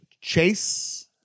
Chase